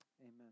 amen